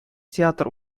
театр